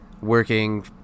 working